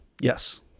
Yes